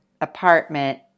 apartment